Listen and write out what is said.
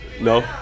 No